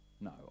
No